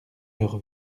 leur